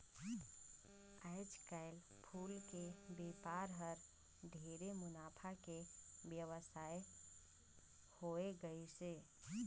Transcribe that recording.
आयज कायल फूल के बेपार हर ढेरे मुनाफा के बेवसाय होवे गईस हे